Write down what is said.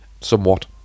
somewhat